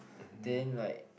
then like